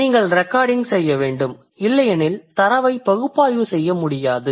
நீங்கள் ரெகார்டிங் செய்ய வேண்டும் இல்லையெனில் தரவை பகுப்பாய்வு செய்ய முடியாது